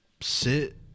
sit